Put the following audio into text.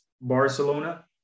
Barcelona